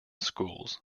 schools